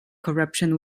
corruption